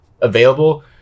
available